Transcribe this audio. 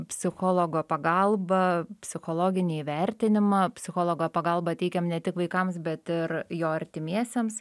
psichologo pagalbą psichologinį įvertinimą psichologo pagalbą teikiam ne tik vaikams bet ir jo artimiesiems